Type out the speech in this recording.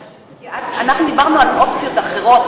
כי אנחנו דיברנו על אופציות אחרות.